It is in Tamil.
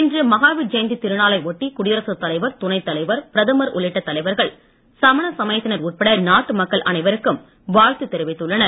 இன்று மகாவீர்ஜெயந்தி திருநாளை ஒட்டி குடியரசுத்தலைவர் துணைத்தலைவர் பிரதமர் உள்ளிட்ட தலைவர்கள் சமண சமயத்தினர் உட்பட நாட்டு மக்கள் அனைவருக்கும் வாழ்த்து தெரிவித்துள்ளனர்